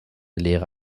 lehre